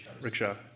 Rickshaw